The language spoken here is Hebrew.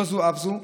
לא זו אף זו,